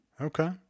Okay